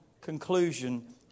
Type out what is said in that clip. conclusion